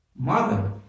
Mother